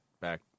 back